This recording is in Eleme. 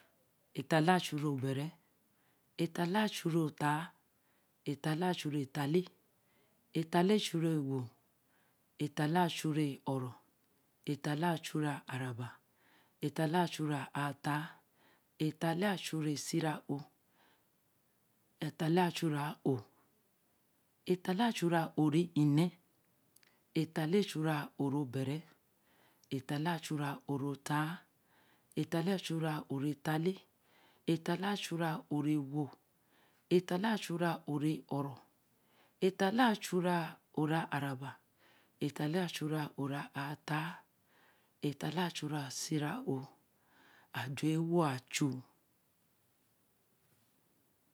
e Haā leē a-chuu re bere e Haā leē a-chuu re oHaā e Haā leē a-chuu re e Haā leē e Haā leē a-chuu re ē-wo e Haā leē a-chuu re o-ro e Haā leē a-chuu re aā ra ba e Haā leē a-chuu re aā Haā e Haā leē a-chuu re sīe ra o e Haā leē a-chuu a-ō e Haā leē a-chuu a-ō re neē e Haā leē a-chuu a-ō ra be ra e Haā leē a-chuu a-ō re o Haā e Haā leē a-chuu a-ō re Haā leē e Haā leē a-chuu a-ō re e-wo e Haā leē a-chuu ā-ō re ō-ro e Haā leē a-chuu ā-ō re aā ra ba e Haā leē a-chuu a-ō re aā ō e Haā leē a-chuu re siē ra ō ā-j̄u ē-wo a-chuu